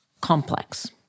complex